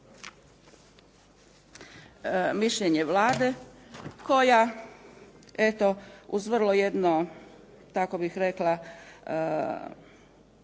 mišljenje Vlade koja eto uz vrlo jedno tako bih rekla